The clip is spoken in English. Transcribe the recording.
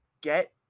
get